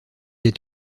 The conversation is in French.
est